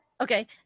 okay